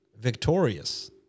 victorious